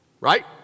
right